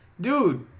dude